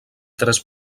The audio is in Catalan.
tres